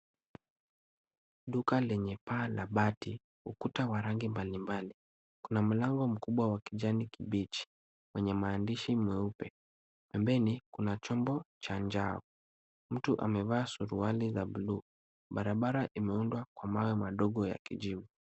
Duka lenye paa la bati, ukuta wa rangi mbalimbali, kuna mlango mkubwa wa kijani kibichi wenye maandishi meupe, pembeni kuna chombo cha njano, mtu amevaa suruali ya bluu, barabara imeundwa kwa mawe madogo ya kijivu.